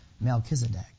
Melchizedek